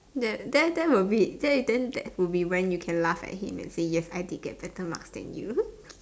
that that that will be that is then that will be when you can laugh at him and say yes I did get better marks then you